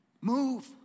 move